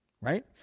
right